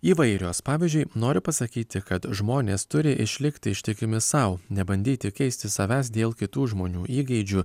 įvairios pavyzdžiui noriu pasakyti kad žmonės turi išlikti ištikimi sau nebandyti keisti savęs dėl kitų žmonių įgeidžių